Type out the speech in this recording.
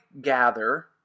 gather